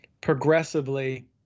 progressively